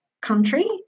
country